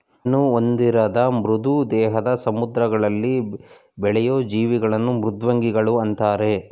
ಮೂಳೆಯನ್ನು ಹೊಂದಿರದ ಮೃದು ದೇಹದ ಸಮುದ್ರದಲ್ಲಿ ಬೆಳೆಯೂ ಜೀವಿಗಳನ್ನು ಮೃದ್ವಂಗಿಗಳು ಅಂತರೆ